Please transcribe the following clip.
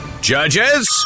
Judges